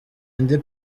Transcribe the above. indi